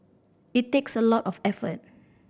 it takes a lot of effort